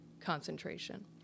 concentration